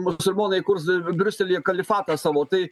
musulmonai įkurs briuselyje kalifatą savo tai